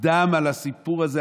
על הסיפור הזה,